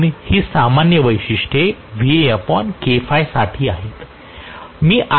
म्हणून ही सामान्य वैशिष्ट्ये साठी आहेत